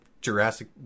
Jurassic